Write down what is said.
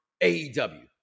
AEW